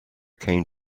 came